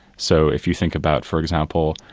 so if you think about for example,